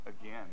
Again